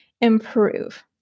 improve